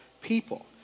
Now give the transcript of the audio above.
people